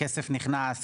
ומדינת ישראל בנתה בעצמה.